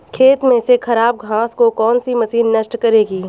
खेत में से खराब घास को कौन सी मशीन नष्ट करेगी?